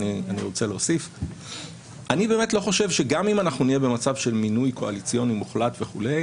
אני באמת לא חושב שגם אם נהיה במצב של מינוי קואליציוני מוחלט וכולי,